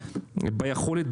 ביכולת,